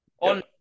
On